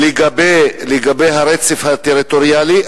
לגבי הרצף הטריטוריאלי,